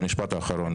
והממשלה הנוכחית,